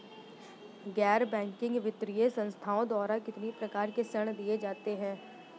गैर बैंकिंग वित्तीय संस्थाओं द्वारा कितनी प्रकार के ऋण दिए जाते हैं?